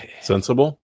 Sensible